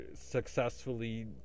successfully